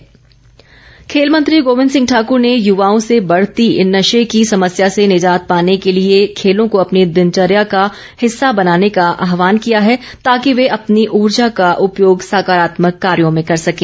गोविंद ठाकूर खेल मंत्री गोविंद सिंह ठाकुर ने युवाओं से बढ़ती नशे की समस्या से निजात पाने के लिए खेलों को अपनी दिनचर्या का हिस्सा बनाने का आहवान किया है ताकि वे अपनी ऊर्जा का उपयोग सकारात्मक कार्यों में कर सकें